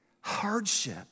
Hardship